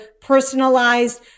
personalized